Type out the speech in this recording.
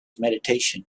meditation